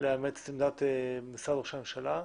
לאמץ את עמדת משרד ראש הממשלה.